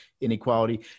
inequality